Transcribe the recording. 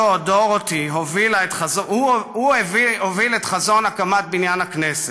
הוא הוביל את חזון הקמת בניין הכנסת,